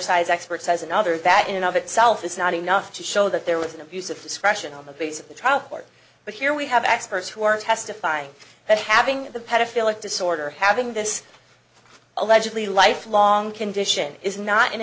size expert says another that in and of itself is not enough to show that there was an abuse of discretion on the basis of the trial court but here we have experts who are testifying that having the pedophile at disorder having this allegedly lifelong condition is not an